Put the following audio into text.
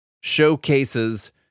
showcases